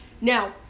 Now